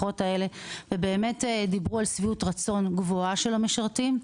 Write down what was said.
ובאמת דיברו על שביעות רצון גבוהה של המשרתים.